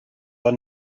are